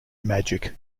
magic